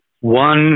One